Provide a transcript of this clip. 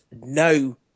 no